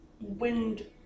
wind